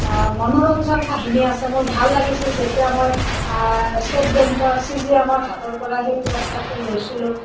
মনোৰঞ্জন কাহিনী আছে মোৰ ভাল লাগিছিলে যেতিয়া মই ষ্টে'ট বেংকৰ চি জি এমৰ হাতৰ পৰা সেই পুৰস্কাৰটো লৈছিলোঁ